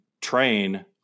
train